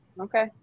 Okay